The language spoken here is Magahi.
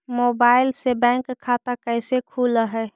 मोबाईल से बैक खाता कैसे खुल है?